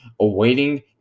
awaiting